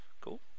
Cool